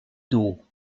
d’eau